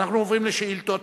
אנחנו עוברים לשאילתות דחופות,